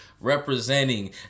Representing